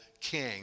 king